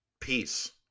peace